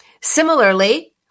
Similarly